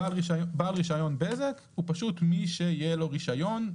בעל רישיון בזק הוא מי שיהיה לו רישיון.